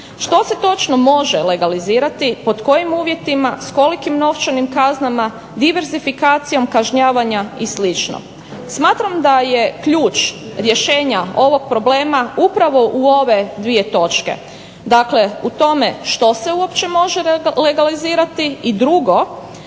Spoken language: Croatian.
Što se točno može legalizirati, pod kojim uvjetima, s kolikim novčanim kaznama, diversifikacijom kažnjavanja i sl. Smatram da je ključ rješenja ovog problema upravo u ove dvije točke. Dakle, u tome što se u opće može legalizirati i drugo